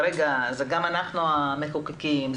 זה גם אנחנו המחוקקים,